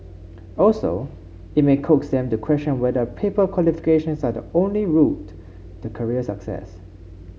also it may coax them to question whether paper qualifications are the only route to career success